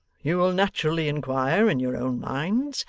you will naturally inquire, in your own minds,